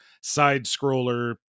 side-scroller